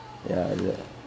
ya